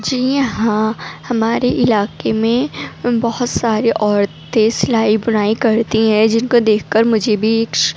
جی ہاں ہمارے علاقے میں بہت ساری عورتیں سلائی بنائی کرتی ہیں جن کو دیکھ کر مجھے بھی ایک